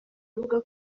avuga